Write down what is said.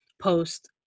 post